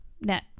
net